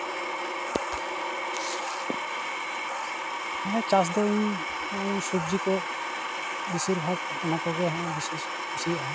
ᱦᱮᱸ ᱪᱟᱥ ᱫᱚ ᱤᱧ ᱥᱚᱵᱡᱤ ᱠᱚ ᱵᱤᱥᱤᱨᱵᱷᱟᱜᱽ ᱚᱱᱟ ᱠᱚᱜᱮ ᱦᱟᱸᱜ ᱵᱮᱥᱤᱧ ᱠᱩᱥᱤᱭᱟᱜᱼᱟ